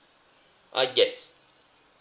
ah yes